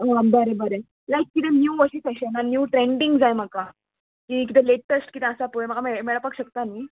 आं बरें बरें लायक किदें न्यू अशीं फॅशनान न्यू ट्रेंडींग जाय म्हाका की कितें लेटस्ट कितें आसा पय म्हाका मेळ मेळपाक शकता न्ही